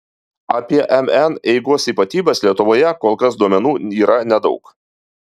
apie mn eigos ypatybes lietuvoje kol kas duomenų yra nedaug